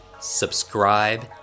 subscribe